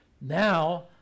Now